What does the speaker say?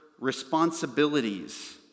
responsibilities